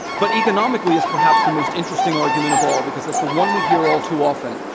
but economically is perhaps the most interesting argument of all because it's the one we hear all too often,